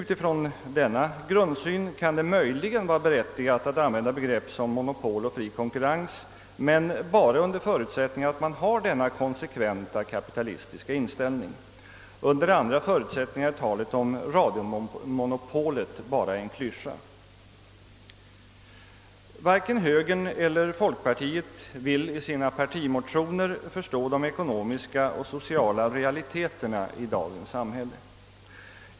Utifrån denna grundsyn kan det möjligen vara berättigat att använda begrepp som monopol och fri konkurrens — men bara under förutsättning att man har denna konsekventa kapitalistiska inställning. Under andra förutsättningar är talet om radiomonopolet endast en klyscha. Varken högern eller folkpartiet vill i sina partimotioner förstå de ekonomiska och sociala realiteterna i dagens samhälle.